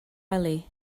wely